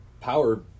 power